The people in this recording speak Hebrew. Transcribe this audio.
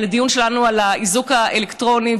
על האיזוק האלקטרוני,